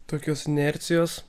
tokios inercijos